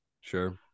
Sure